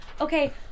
Okay